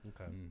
Okay